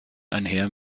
einher